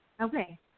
Okay